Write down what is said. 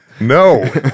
no